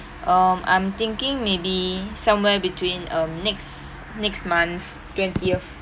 um I'm thinking maybe somewhere between um next next month twentieth